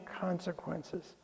consequences